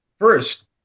first